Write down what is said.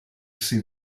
see